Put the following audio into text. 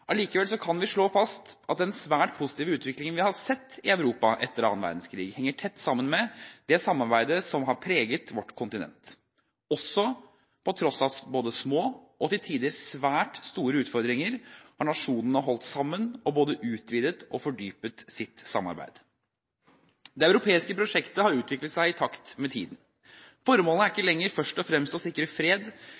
Allikevel kan vi slå fast at den svært positive utviklingen vi har sett i Europa etter annen verdenskrig, henger tett sammen med det samarbeidet som har preget vårt kontinent. Også på tross av små og til tider svært store utfordringer har nasjonene holdt sammen og både utvidet og fordypet sitt samarbeid. Det europeiske prosjektet har utviklet seg i takt med tiden. Formålet er ikke